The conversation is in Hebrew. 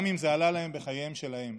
גם אם זה עלה להם בחייהם שלהם.